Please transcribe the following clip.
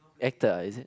actor is it